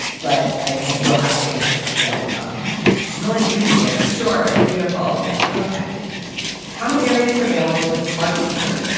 but i still have to answer it. so um i'm really. you read it? sure. beautiful. yeah ok common area surveillance with smart speaker.